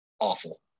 awful